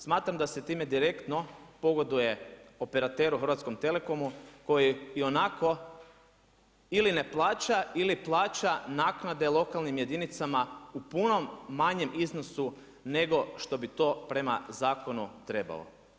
Smatram da se time direktno pogoduje operateru Hrvatskom telekomu koji ionako ne plaća ili plaća naknade lokalnim jedinicama u puno manjem iznosu nego što bi to prema zakonu trebao.